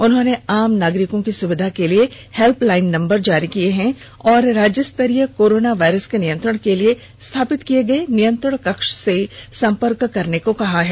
उन्होंने आम नागरिकों की सुविधा के लिए हेल्प लाईन नम्बर जारी किया है तथा राज्यस्तरीय कोरोना वायरस के नियंत्रण के लिए स्थापित किए गए नियंत्रण कक्ष से संपर्क करने को कहा है